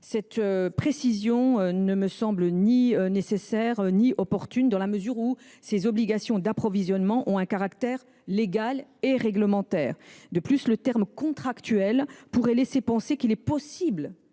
telle mention ne semble ni nécessaire ni opportune, dans la mesure où les obligations d’approvisionnement ont un caractère légal et réglementaire. De plus, le terme « contractuel » pourrait laisser penser qu’il est possible